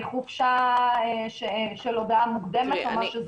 לחופשה של הודעה מוקדמת או מה שזה לא יהיה.